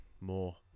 more